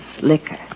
liquor